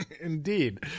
Indeed